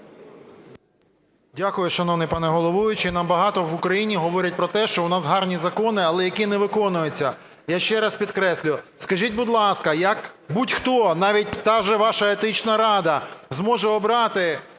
Дякую, шановний пане головуючий. Нам багато в Україні говорять про те, що у нас гарні закони, але які не виконуються. Я ще раз підкреслюю, скажіть, будь ласка, як будь-хто, навіть та ж ваша Етична рада, зможе обрати